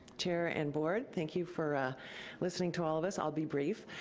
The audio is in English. chair and board. thank you for listening to all of us. i'll be brief.